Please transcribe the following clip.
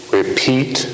repeat